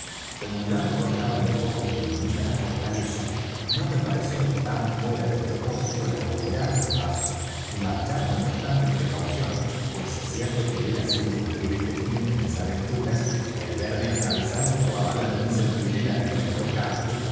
como ya me encontraba en el bosque que limita la fortaleza no me pareció tan fuera de propósito el moderar mi paso y marchar con bastante precaución pues cierto que hubiera sido un triste fin de mis aventuras el verme atravesado por la bala de un centinela de nuestro campo